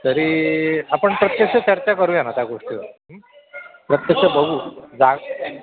तरी आपण प्रत्यक्ष चर्चा करू या ना त्या गोष्टीवर प्रत्यक्ष बघू जा